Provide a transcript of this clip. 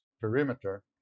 perimeter